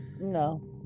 no